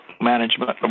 management